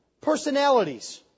personalities